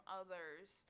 others